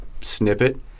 snippet